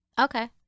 Okay